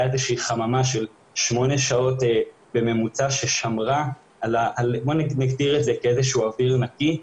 איזושהי חממה של שמונה שעות בממוצע ששמרה על איזשהו אוויר נקי,